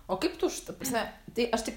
o kaip ta prasme tai aš tik